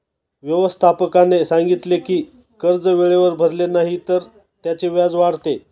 व्यवस्थापकाने सांगितले की कर्ज वेळेवर भरले नाही तर त्याचे व्याज वाढते